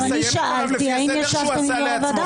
אני שאלתי האם ישבתם עם יו"ר הוועדה.